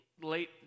late